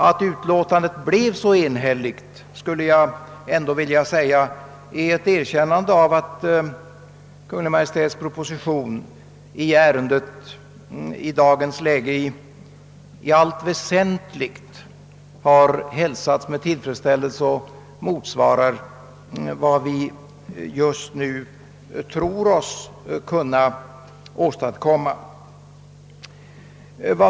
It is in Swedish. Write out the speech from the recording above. Att utlåtandet blev så enhälligt skulle jag ändå vilja säga innebär ett erkännande av att Kungl. Maj:ts proposition i ärendet i dagens läge i allt väsentligt har hälsats med tillfredsställelse och motsvarar vad vi just nu tror oss kunna åstadkomma.